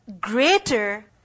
greater